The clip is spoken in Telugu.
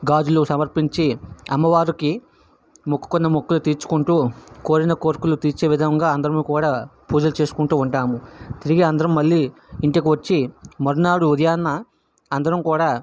గాజులు సమర్పించి అమ్మవారికి మొక్కుకున్న మొక్కులు తీర్చుకుంటు కోరిన కోరికలు తీర్చే విధంగా అందరం కూడా పూజలు చేసుకుంటూ ఉంటాము తిరిగి అందరం మళ్ళీ ఇంటికి వచ్చి మరునాడు ఉదయం అందరం కూడా